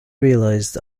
realized